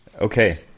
Okay